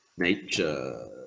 Nature